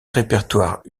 répertoires